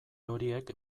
horiek